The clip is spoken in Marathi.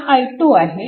हा i2 आहे